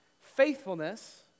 Faithfulness